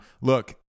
Look